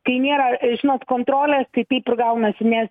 kai nėra žinot kontrolės tai taip gaunasi nes